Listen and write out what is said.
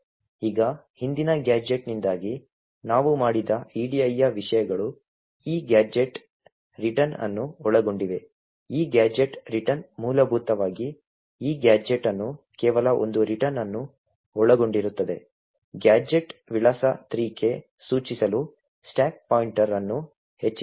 ಈಗ ಹಿಂದಿನ ಗ್ಯಾಜೆಟ್ನಿಂದಾಗಿ ನಾವು ಮಾಡಿದ edi ಯ ವಿಷಯಗಳು ಈ ಗ್ಯಾಜೆಟ್ ರಿಟರ್ನ್ ಅನ್ನು ಒಳಗೊಂಡಿವೆ ಈ ಗ್ಯಾಜೆಟ್ ರಿಟರ್ನ್ ಮೂಲಭೂತವಾಗಿ ಈ ಗ್ಯಾಜೆಟ್ ಅನ್ನು ಕೇವಲ ಒಂದು ರಿಟರ್ನ್ ಅನ್ನು ಒಳಗೊಂಡಿರುತ್ತದೆ ಗ್ಯಾಜೆಟ್ ವಿಳಾಸ 3 ಕ್ಕೆ ಸೂಚಿಸಲು ಸ್ಟಾಕ್ ಪಾಯಿಂಟರ್ ಅನ್ನು ಹೆಚ್ಚಿಸುತ್ತದೆ